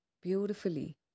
Beautifully